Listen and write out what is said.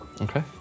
Okay